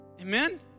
Amen